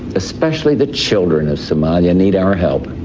especially the children of somalia, need our help.